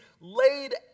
laid